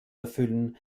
erfüllen